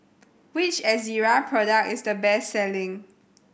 which Ezerra product is the best selling